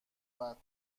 اومد